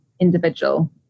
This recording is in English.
individual